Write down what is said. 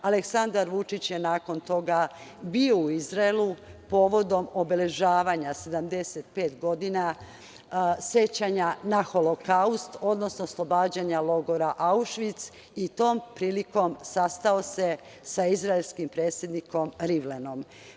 Aleksandar Vučić je nakon toga bio u Izraelu povodom obeležavanja 75 godina sećanja na Holokaust, odnosno oslobađanja logora Aušvic i tom prilikom sastao se sa izraelskim predsednikom Rivlinom.